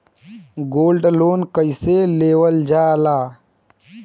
Gold loan कईसे लेवल जा ला?